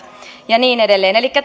ja niin edelleen elikkä